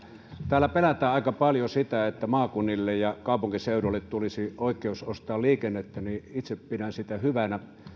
täällä pelätään aika paljon sitä että maakunnille ja kaupunkiseuduille tulisi oikeus ostaa liikennettä itse pidän sitä hyvänä ja